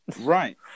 Right